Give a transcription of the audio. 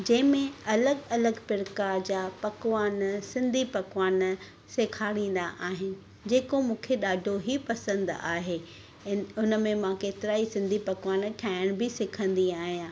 जंहिंमें अलॻि अलॻि प्रकार जा पकवान सिंधी पकवान सेखारींदा आहिनि जेको मूंखे ॾाढो ई पसंदि आहे हुन में मां केतिरा ई पकवान ठाहिण बि सिखंदी आहियां